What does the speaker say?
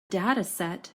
dataset